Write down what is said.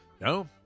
No